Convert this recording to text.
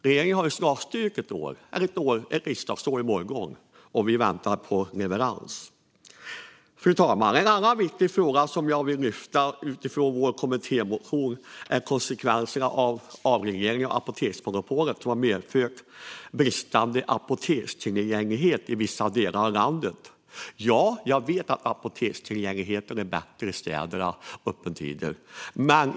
Regeringen har snart styrt ett år - ett riksdagsår i morgon - och vi väntar på leverans. Fru talman! En annan viktig fråga jag vill lyfta utifrån vår kommittémotion är konsekvenserna av avregleringen av apoteksmonopolet, vilken har medfört bristande apotekstillgänglighet i vissa delar av landet. Jag vet att apotekstillgängligheten och öppettiderna är bättre i städerna.